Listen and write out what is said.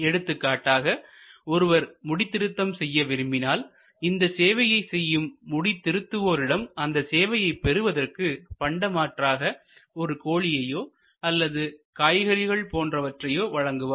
எடுத்துக்காட்டாக ஒருவர் முடி திருத்தம் செய்ய விரும்பினால் இந்த சேவையை செய்யும் முடி திருத்துவோரிடம் அந்த சேவையைப் பெறுவதற்கு பண்டமாற்றாக ஒரு கோழியையோ அல்லது காய்கறிகள் போன்றவற்றை வழங்குவார்